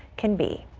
can be.